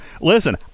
Listen